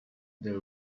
the